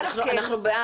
א' כן.